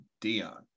Dion